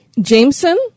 Jameson